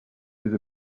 with